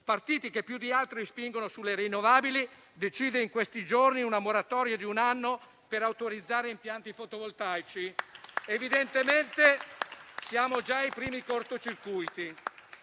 partiti che più di altri spingono sulle rinnovabili, decide in questi giorni una moratoria di un anno per autorizzare impianti fotovoltaici. Evidentemente, siamo già ai primi cortocircuiti.